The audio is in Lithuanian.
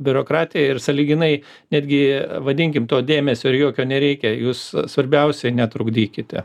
biurokratija ir sąlyginai netgi vadinkim to dėmesio ir jokio nereikia jūs svarbiausiai netrukdykite